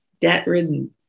debt-ridden